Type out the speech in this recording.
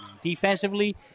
Defensively